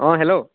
অঁ হেল্ল'